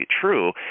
true